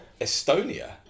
Estonia